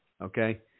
Okay